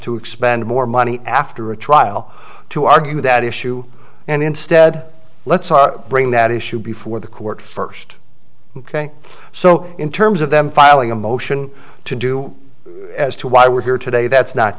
to expend more money after a trial to argue that issue and instead let's bring that issue before the court first ok so in terms of them filing a motion to do as to why we're here today that's not